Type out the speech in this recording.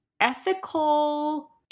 ethical